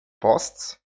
posts